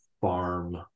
farm